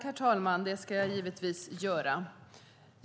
Herr talman!